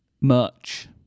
merch